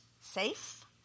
safe